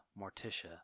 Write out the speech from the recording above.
Morticia